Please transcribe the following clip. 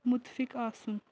مُتفِق آسُن